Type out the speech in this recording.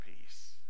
peace